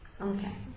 Okay